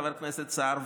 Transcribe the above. חבר הכנסת סער,